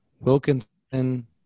Wilkinson